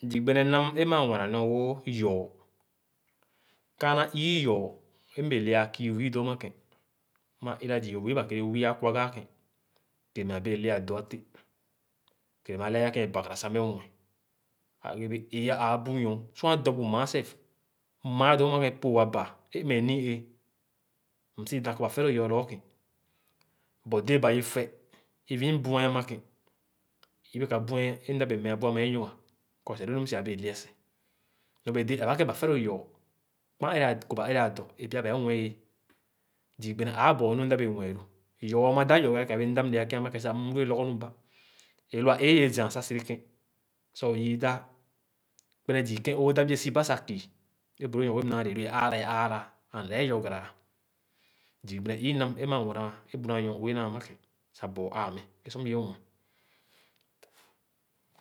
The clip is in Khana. Zii gbene nam é maa muena nɔ wõ yɔɔr. Kããnà ii yɔɔr é mbẽẽ ã kii wii dõõ amakén, maa ina zii wii ba kéré wii Akwaga ké, kereme á bẽẽ le ãã doa tẽh. Kere meh alɛ-aya e bagara sah meh mue. Ã egebẽẽ éé-a ãã bu nyor, sor ã dɔ bu mããn sef, mããn do-ãmakén poo-a baa; é mmeh ni-éé msi dãn kɔ ba fe lõ yɔɔr lɔgɔké but dẽẽ ba ye fe, even bueh ã makẽn, yibe kã buch é mda bẽẽ me-a bu e’ nyonga kɔ sah lõõ num sah abẽẽ lea seh. Nɔbẽẽ, ebara kẽ ba fe lõ yɔɔr, kpãn ere, kobã ere ãdɔ, é pya ba é mue ye. Zii gbene ããbɔɔ nu mda bẽẽ mue lõ. Yɔɔr ãmã dãp yɔgara kẽrẽ ãbere mda é mle ã kẽ amakẽn sah mm lu ye lɔgɔ nu bah. E’ lõ ã éé ye zãn sah serekẽn sah-o yii daa, kpene zii kẽn õ dáp ye siba sah kii é bu lõõ nyor-ue nããle. Lo é ããra, ẽ ããra and ee yɔgara ã. Zii gbene ii nam é maa muena é hu na nyor-ue naa-kamẽn sah bɔɔ ãã meh é sor m̃ ye mue.